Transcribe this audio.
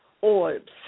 orbs